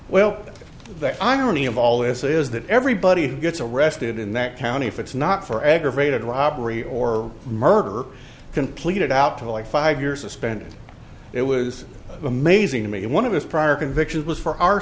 well the irony of all this is that everybody who gets arrested in that county if it's not for aggravated robbery or murder completed out to like five years of spending it was amazing to me one of his prior convictions was for